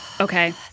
Okay